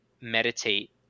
meditate